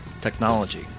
technology